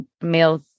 male